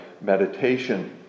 meditation